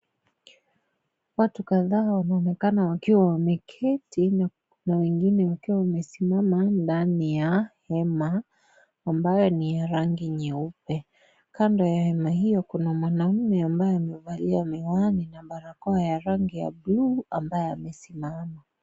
Watu kadhaa wanaonekana wakiwa wameketi na wengine wakiwa wamesimama ndani ya hema, ambayo ni ya rangi nyeupe kando ya hema hiyo kuna mwanaume ambaye amevalia miwani na barakoa ya rangi ya buluu ambaye amesimama.